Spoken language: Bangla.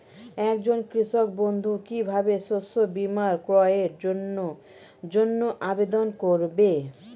একজন কৃষক বন্ধু কিভাবে শস্য বীমার ক্রয়ের জন্যজন্য আবেদন করবে?